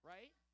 Right